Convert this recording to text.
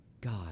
God